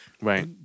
Right